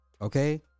okay